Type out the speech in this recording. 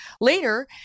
later